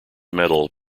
medal